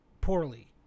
poorly